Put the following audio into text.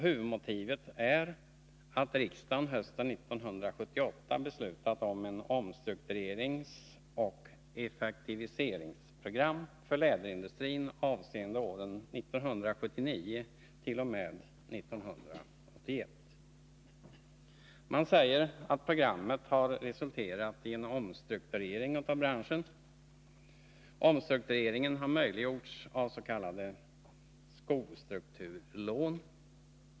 Huvudmotivet är att riksdagen hösten 1978 beslutat om ett omstruktureringsoch effektiviseringsprogram för läderindustrin avseende åren 1979-1981. Man säger att programmet har resulterat i en omstrukturering av branschen. Omstruktureringen har möjliggjorts av s.k. skostrukturlån.